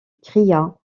cria